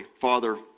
Father